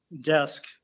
desk